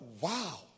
wow